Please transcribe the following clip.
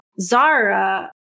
Zara